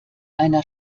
einer